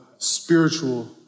Spiritual